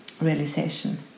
realization